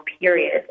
period